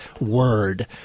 word